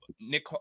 Nick—